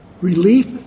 Relief